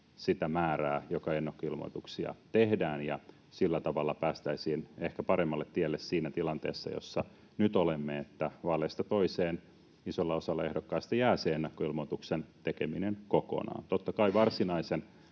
sitä määrää, joka ennakkoilmoituksia tehdään, ja sillä tavalla päästäisiin ehkä paremmalle tielle siinä tilanteessa, jossa nyt olemme, että vaaleista toiseen isolla osalla ehdokkaista jää se ennakkoilmoituksen tekeminen kokonaan. Totta kai varsinaisen